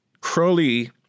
Crowley